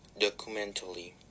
documentally